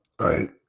right